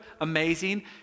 amazing